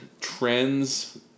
trends